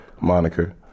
moniker